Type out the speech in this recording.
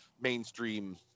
mainstream